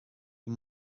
you